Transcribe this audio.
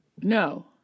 No